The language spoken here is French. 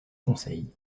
conseils